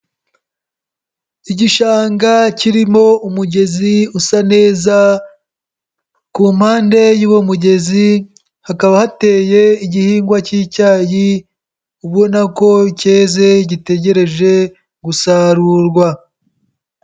Igishanga kirimo umugezi usa neza ku mpande y'uwo mugezi hakaba hateye igihingwa k'icyayi ubona ko keze gitegereje gusarurwa.